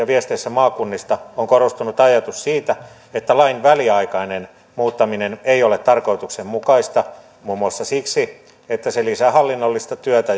viesteissä maakunnista on korostunut ajatus siitä että lain väliaikainen muuttaminen ei ole tarkoituksenmukaista muun muassa siksi että se lisää hallinnollista työtä